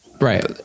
Right